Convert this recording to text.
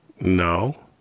No